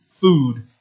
food